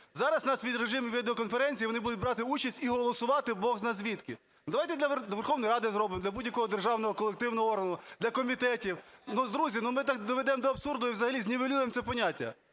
Зараз у нас у відео-режимі і відео-конференції вони будуть брати участь і голосувати Бог знає звідки. Давайте для Верховної Ради зробимо, для будь-якого державного колективного органу, для комітетів. Друзі, ми так доведемо до абсурду і взагалі знівелюємо це поняття.